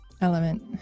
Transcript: Element